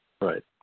Right